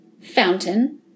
Fountain